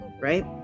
right